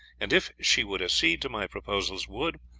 and if she would accede to my proposals, would,